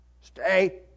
stay